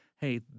hey